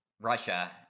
Russia